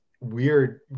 weird